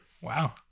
Wow